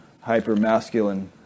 hyper-masculine